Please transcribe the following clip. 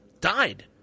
died